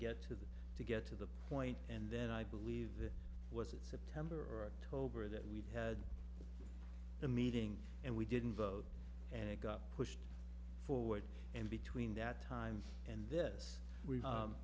get to the to get to the point and then i believe that was it september or october that we've had the meeting and we didn't vote and it got pushed forward and between that time and this